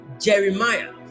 Jeremiah